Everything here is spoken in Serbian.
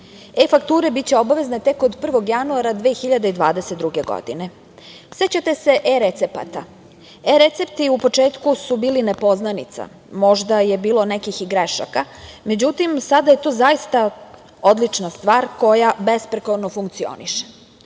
e-fakture biće obavezne tek od 1. januara 2022. godine.Sećate se eRecepata, eRecepti u početku su bili nepoznanica, možda je bilo i nekih grešaka, međutim, sada je to zaista odlična stvar koja besprekorno funkcioniše.